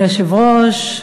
אדוני היושב-ראש,